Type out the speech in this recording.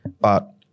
but-